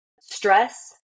stress